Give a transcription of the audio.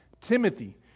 Timothy